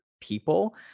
people